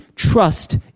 trust